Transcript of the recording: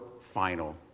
final